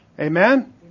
Amen